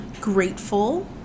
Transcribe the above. grateful